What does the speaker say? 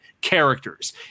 characters